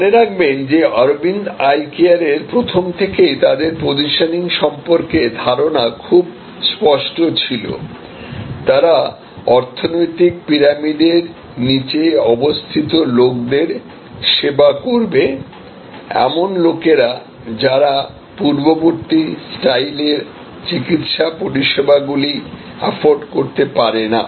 মনে রাখবেন যে অরবিন্দ আই কেয়ার এর প্রথম থেকেই তাদের পজিশনিং সম্পর্কে ধারণা খুব স্পষ্ট ছিল তারা অর্থনৈতিক পিরামিডের নীচে অবস্থিত লোকদের সেবা করবে এমন লোকেরা যারা পূর্ববর্তী স্টাইলে র চিকিত্সা পরিষেবাগুলি এফোর্ডকরতে পারে না